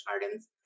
Gardens